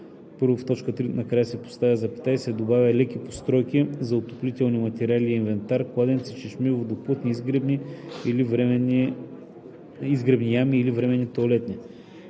1. В т. 3 накрая се поставя запетая и се добавя „леки постройки за отоплителни материали и инвентар, кладенци, чешми, водоплътни изгребни ями и временни тоалетни“.